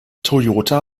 toyota